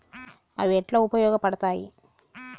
అవి ఎట్లా ఉపయోగ పడతాయి?